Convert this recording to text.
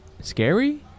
scary